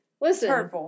Listen